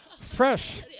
Fresh